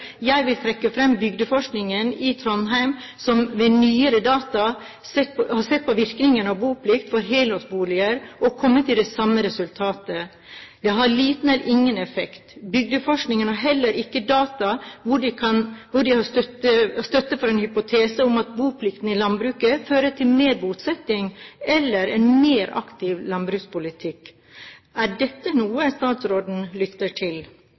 Jeg vil trekke fram Bygdeforskning i Trondheim, som ved nyere data har sett på virkningen av boplikt for helårsboliger og kommet til det samme resultatet: Det har liten eller ingen effekt. Bygdeforskning har heller ikke data hvor de har støtte for en hypotese om at boplikten i landbruket fører til mer bosetting eller en mer aktiv landbrukspolitikk. Er dette noe statsråden lytter til?